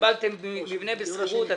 קיבלתם מבנה בשכירות,